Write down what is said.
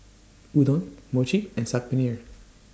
Udon Mochi and Saag Paneer